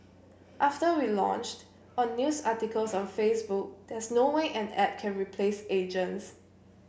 after we launched on news articles on Facebook there's no way an app can replace agents